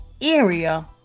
area